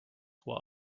will